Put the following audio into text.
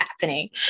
happening